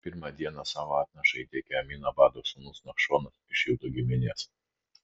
pirmą dieną savo atnašą įteikė aminadabo sūnus nachšonas iš judo giminės